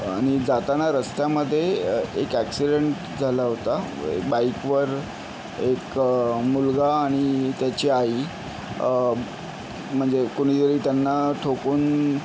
आणि जाताना रस्त्यामध्ये एक ॲक्सिडेंट झाला होता बाइकवर एक मुलगा आणि त्याची आई म्हणजे कोणीतरी त्यांना ठोकून